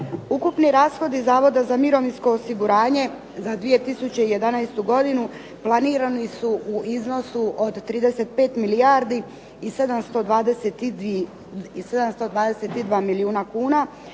Ukupni rashodi Zavoda za mirovinsko osiguranje za 2011. godinu planirani su u iznosu od 35 milijardi i 722 milijuna kuna